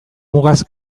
mugaz